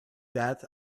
that